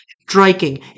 Striking